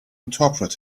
interpret